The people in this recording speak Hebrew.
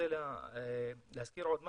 רוצה להזכיר עוד משהו,